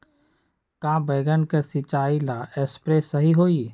का बैगन के सिचाई ला सप्रे सही होई?